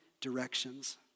directions